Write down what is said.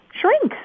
shrinks